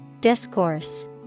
Discourse